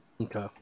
Okay